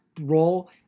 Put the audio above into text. role